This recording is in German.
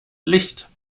licht